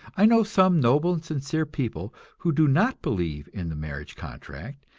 i know some noble and sincere people who do not believe in the marriage contract,